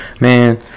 man